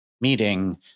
meeting